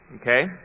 Okay